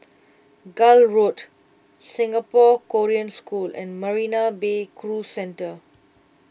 Gul Road Singapore Korean School and Marina Bay Cruise Centre